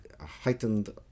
heightened